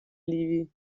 ливии